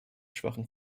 schwachen